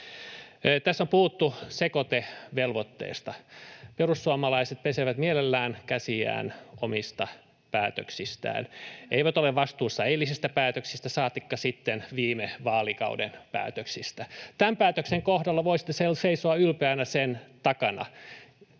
Tässä on puhuttu sekoitevelvoitteesta. Perussuomalaiset pesevät mielellään käsiään omista päätöksistään — he eivät ole vastuussa eilisistä päätöksistä saatikka sitten viime vaalikauden päätöksistä. Tämän päätöksen kohdalla voisitte seisoa ylpeänä sen takana.